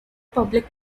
public